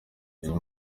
uyu